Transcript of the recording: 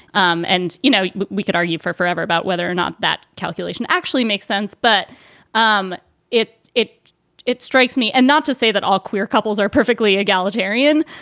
um and, you know, we could argue for forever about whether or not that calculation actually makes sense. but um it it it strikes me and not to say that all queer couples are perfectly egalitarian,